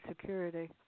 security